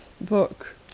book